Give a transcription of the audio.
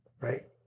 right